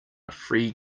free